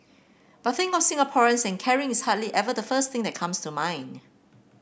but think of Singaporeans and caring is hardly ever the first thing that comes to mind